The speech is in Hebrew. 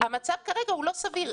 המצב כרגע לא סביר.